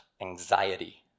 anxiety